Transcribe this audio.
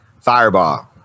fireball